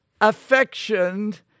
affectioned